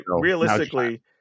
realistically